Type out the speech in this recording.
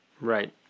Right